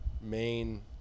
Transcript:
main